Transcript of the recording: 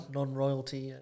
non-royalty